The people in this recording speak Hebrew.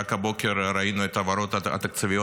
ורק הבוקר ראינו את ההעברות התקציביות.